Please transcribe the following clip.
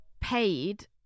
paid